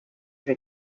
for